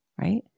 Right